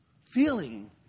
feeling